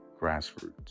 grassroots